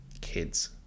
kids